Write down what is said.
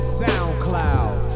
soundcloud